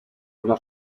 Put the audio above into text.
una